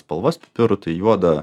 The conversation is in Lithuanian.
spalvas pipirų tai juodą